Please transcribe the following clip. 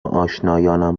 آشنایانم